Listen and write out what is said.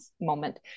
moment